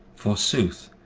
for sooth,